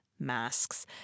Masks